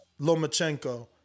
Lomachenko